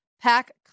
pack